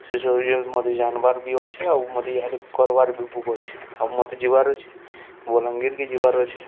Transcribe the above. ସେ ଯ ମତେ ଜାବାର୍ ବି ଅଛେ ଆଉ ମତେ ତି କର୍ବାର ବି ବୁକ ଅଛେ ଆଉ ମତେ ଯିବାର୍ ଅଛେ ବଲାଙ୍ଗୀରକେ ଯିବାର ଅଛେ